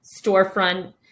storefront